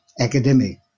academic